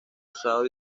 usado